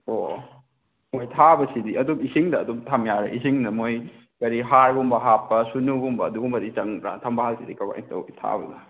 ꯑꯣ ꯑꯣ ꯑꯣ ꯍꯣꯏ ꯊꯥꯕꯁꯤꯗꯤ ꯑꯗꯨꯝ ꯏꯁꯤꯡꯗ ꯑꯗꯨꯝ ꯊꯝꯌꯥꯔꯦ ꯏꯁꯤꯡꯗ ꯃꯣꯏ ꯀꯔꯤ ꯍꯥꯔꯒꯨꯝꯕ ꯍꯥꯞꯄ ꯁꯨꯅꯨꯒꯨꯝꯕ ꯑꯗꯨꯒꯨꯝꯕꯗꯤ ꯆꯪꯕ꯭ꯔꯥ ꯊꯝꯕꯥꯜꯁꯤꯗꯤ ꯀꯃꯥꯏ ꯇꯧꯋꯤ ꯊꯥꯕꯗ